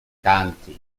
county